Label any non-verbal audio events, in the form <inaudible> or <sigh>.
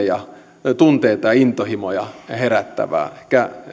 <unintelligible> ja intohimoja herättävää